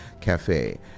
Cafe